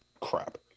Crap